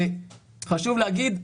חשוב להגיד,